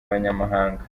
abanyamahanga